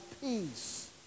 peace